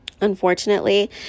unfortunately